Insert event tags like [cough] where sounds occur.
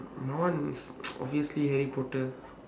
my one is [noise] obviously harry potter